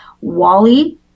Wally